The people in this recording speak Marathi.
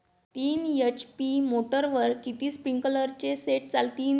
तीन एच.पी मोटरवर किती स्प्रिंकलरचे सेट चालतीन?